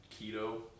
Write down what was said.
keto